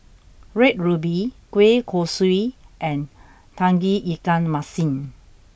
red ruby Kueh Kosui and Tauge Ikan Masin